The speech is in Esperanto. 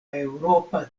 eŭropa